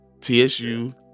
tsu